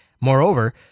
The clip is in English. Moreover